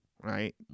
right